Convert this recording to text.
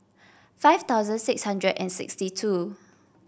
five thousand six hundred and sixty two